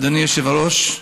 אדוני היושב-ראש,